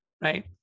right